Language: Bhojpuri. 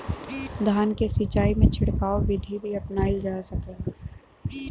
धान के सिचाई में छिड़काव बिधि भी अपनाइल जा सकेला?